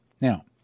Now